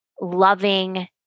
loving